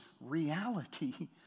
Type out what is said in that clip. reality